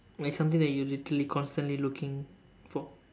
like something that you literally constantly looking for